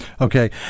Okay